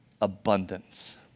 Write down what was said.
abundance